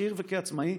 כשכיר וכעצמאי,